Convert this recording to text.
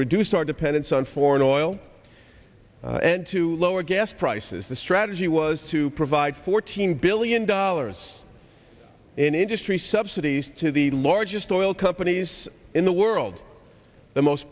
reduce our dependence on foreign oil and to lower gas prices the strategy was to provide fourteen billion dollars industry subsidies to the largest oil companies in the world the most